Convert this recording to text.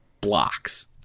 blocks